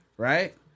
Right